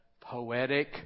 poetic